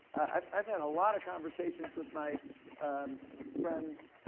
i've i've had a lot of conversations with my friends,